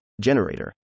generator